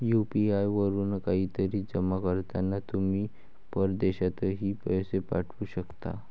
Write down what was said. UPI वरून काहीतरी जमा करताना तुम्ही परदेशातही पैसे पाठवू शकता